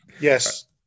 Yes